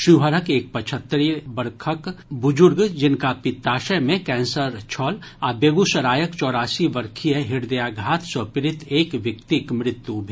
शिवहरक एक पचहत्तरि वर्षक बुजूर्ग जिनका पित्ताश्य मे कैंसर छल आ बेगूसरायक चौरासी वर्षीय हृदयाघात सँ पीड़ित एक व्यक्तिक मृत्यु भेल